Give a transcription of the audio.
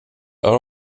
are